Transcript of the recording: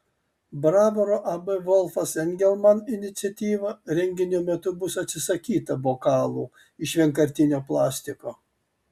bravoro ab volfas engelman iniciatyva renginio metu bus atsisakyta bokalų iš vienkartinio plastiko